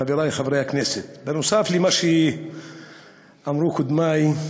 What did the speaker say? חברי חברי הכנסת, נוסף על מה שאמרו קודמי,